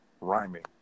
rhyming